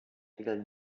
regel